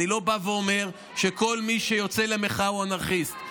אני לא בא ואומר שכל מי שיוצא למחאה הוא אנרכיסט.